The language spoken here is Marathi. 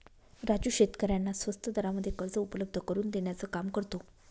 राजू शेतकऱ्यांना स्वस्त दरामध्ये कर्ज उपलब्ध करून देण्याचं काम करतो